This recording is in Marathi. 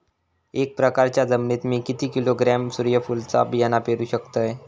एक एकरच्या जमिनीत मी किती किलोग्रॅम सूर्यफुलचा बियाणा पेरु शकतय?